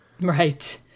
Right